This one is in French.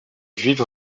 juive